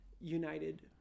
United